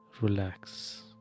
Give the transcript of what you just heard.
relax